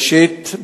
ראשית,